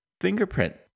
fingerprint